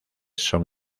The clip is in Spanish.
son